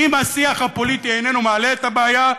אם השיח הפוליטי איננו מעלה את הבעיה,